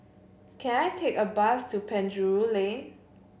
can I take a bus to Penjuru Lane